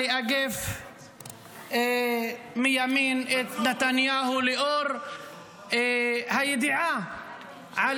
לאגף מימין את נתניהו לאור הידיעה על